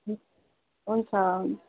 हुन्छ